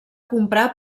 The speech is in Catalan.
comprar